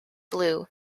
blue